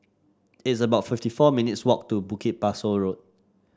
it's about fifty four minutes walk to Bukit Pasoh Road